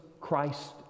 Christ